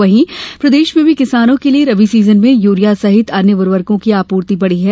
वहीं प्रदेश में भी किसानों के लिये रबी सीजन में यूरिया सहित अन्य उर्वरकों की आपूर्ति बढी है